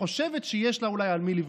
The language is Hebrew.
חושבת שיש לה אולי על מי לבנות.